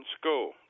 school